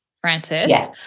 Francis